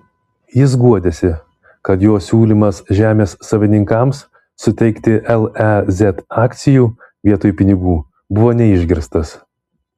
jis guodėsi kad jo siūlymas žemės savininkams suteikti lez akcijų vietoj pinigų buvo neišgirstas